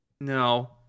no